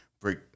break